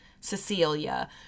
Cecilia